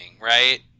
right